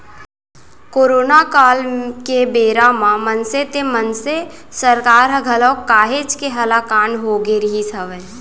corona काल के बेरा म मनसे तेन मनसे सरकार ह घलौ काहेच के हलाकान होगे रिहिस हवय